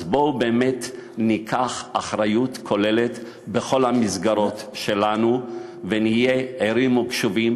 אז בואו באמת ניקח אחריות כוללת בכל המסגרות שלנו ונהיה ערים וקשובים